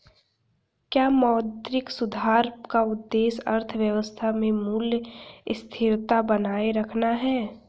क्या मौद्रिक सुधार का उद्देश्य अर्थव्यवस्था में मूल्य स्थिरता बनाए रखना है?